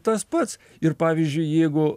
tas pats ir pavyzdžiui jeigu